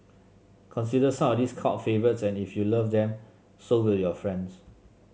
consider some of these cult favourites and if you love them so will your friends